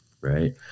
right